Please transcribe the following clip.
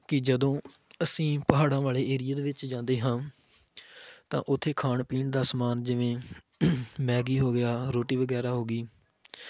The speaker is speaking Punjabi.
ਕਿ ਜਦੋਂ ਅਸੀਂ ਪਹਾੜਾਂ ਵਾਲੇ ਏਰੀਏ ਦੇ ਵਿੱਚ ਜਾਂਦੇ ਹਾਂ ਤਾਂ ਉੱਥੇ ਖਾਣ ਪੀਣ ਦਾ ਸਮਾਨ ਜਿਵੇਂ ਮੈਗੀ ਹੋ ਗਿਆ ਰੋਟੀ ਵਗੈਰਾ ਹੋ ਗਈ